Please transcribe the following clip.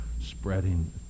spreading